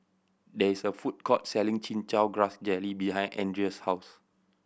there is a food court selling Chin Chow Grass Jelly behind Andreas' house